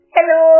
Hello